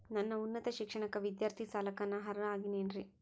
ನನ್ನ ಉನ್ನತ ಶಿಕ್ಷಣಕ್ಕ ವಿದ್ಯಾರ್ಥಿ ಸಾಲಕ್ಕ ನಾ ಅರ್ಹ ಆಗೇನೇನರಿ?